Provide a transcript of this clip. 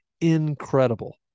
incredible